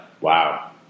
wow